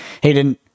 Hayden